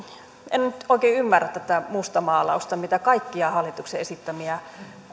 en nyt oikein ymmärrä tätä mustamaalausta mitä kaikkia hallituksen esittämiä